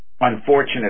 unfortunate